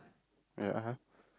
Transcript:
ya